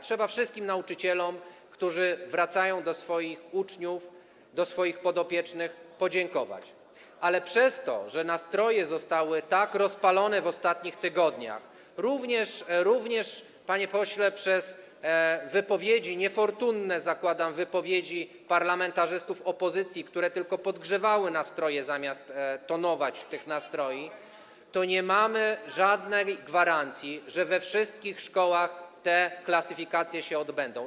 Trzeba wszystkim nauczycielom, którzy wracają do swoich uczniów, do swoich podopiecznych, podziękować, ale przez to, że nastroje zostały tak rozpalone w ostatnich tygodniach, również, panie pośle, przez wypowiedzi niefortunne, zakładam, wypowiedzi parlamentarzystów opozycji, które tylko podgrzewały nastroje, zamiast je tonować, nie mamy żadnej gwarancji, że we wszystkich szkołach te klasyfikacje się odbędą.